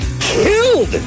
killed